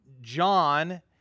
John